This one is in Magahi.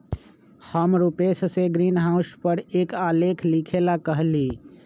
हम रूपेश से ग्रीनहाउस पर एक आलेख लिखेला कहली